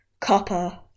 Copper